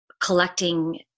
collecting